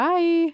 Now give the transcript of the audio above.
Bye